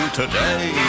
today